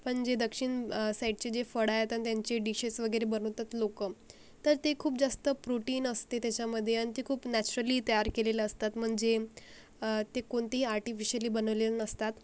पण जे दक्षिण साईडचे जे फळं आहेत आणि त्यांची डिशेस वगैरे बनवतात लोक तर ते खूप जास्त प्रोटीन असते त्याच्यामध्ये आणि ते खूप नॅचरली तयार केलेले असतात म्हणजे ते कोणतेही आर्टिफिशली बनवलेले नसतात